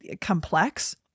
complex